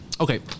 Okay